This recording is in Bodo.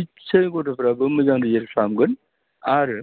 इसे गथ'फ्राबो मोजां रिजाल्ट खालामगोन आरो